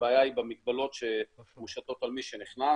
הבעיה היא במגבלות שמושתות על מי שנכנס.